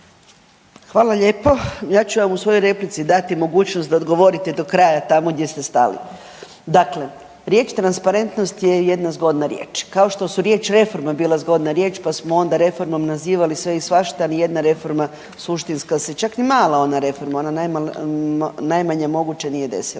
Hvala lijepo. Ja ću vam u svojoj replici dati mogućnost da odgovorite do kraja tamo gdje ste stali. Dakle, riječ transparentnost je jedna zgodna riječ, kao što su reforma bile zgodna riječ pa smo onda reformom nazivali sve i svašta, ali nijedna reforma suštinska se čak ni mala ona reforma ona najmanja moguća nije desila,